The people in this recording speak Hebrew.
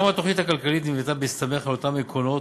גם התוכנית הכלכלית נבנתה בהסתמך על אותם עקרונות,